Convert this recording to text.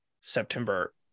September